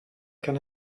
can